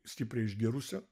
stipriai išgėrusio